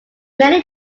many